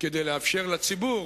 כדי לאפשר לציבור